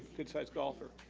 good size golfer.